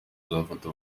azafata